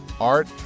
art